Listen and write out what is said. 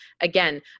again